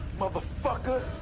motherfucker